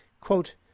Quote